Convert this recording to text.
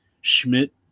Schmidt